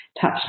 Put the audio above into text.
touch